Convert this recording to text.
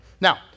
Now